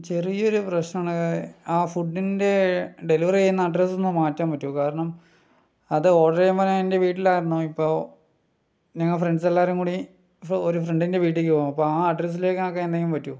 ചെറിയൊരു പ്രശ്നമുണ്ട് അത് ആ ഫുഡിൻ്റെ ഡെലിവെറി ചെയ്യുന്ന അഡ്രസ്സ് ഒന്ന് മാറ്റാൻ പറ്റുമോ കാരണം അത് ഓർഡർ ചെയ്യുമ്പോൾ ഞാൻ എൻ്റെ വീട്ടിലായിരുന്നു ഇപ്പോൾ ഞങ്ങൾ ഫ്രണ്ട്സ് എല്ലാവരും കൂടി ഇപ്പോൾ ഒരു ഫ്രണ്ടിൻ്റെ വീട്ടിലേക്ക് പോകും അപ്പോൾ ആ അഡ്രസ്സിലേക്ക് ആക്കാൻ എന്തെങ്കിലും പറ്റുമോ